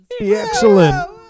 excellent